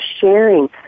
sharing